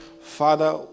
Father